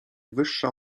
wyższa